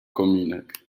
kominek